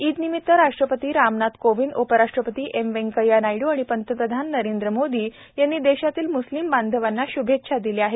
ईदनिमित्त राष्ट्रपती रामनाथ कोविंद उपराष्ट्रपती एम व्यंकय्या नायड् आणि पंतप्रधान नरेंद्र मोदी यांनी देशातील म्स्लीम बांधवाना श्भेच्छा दिल्या आहेत